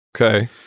Okay